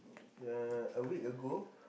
ya a week ago